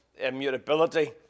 immutability